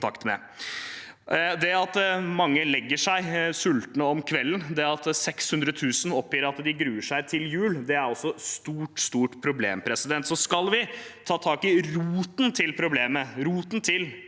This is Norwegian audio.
Det at mange legger seg sultne om kvelden, det at 600 000 oppgir at de gruer seg til jul, er også et stort, stort problem. Skal vi ta tak i roten til problemet, roten til